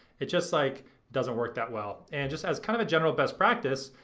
it just like doesn't work that well. and just as kind of a general best practice,